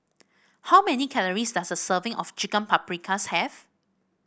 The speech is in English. how many calories does a serving of Chicken Paprikas have